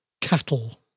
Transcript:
cattle